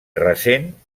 recent